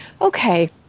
okay